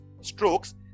strokes